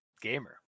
gamer